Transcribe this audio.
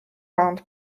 round